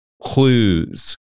Clues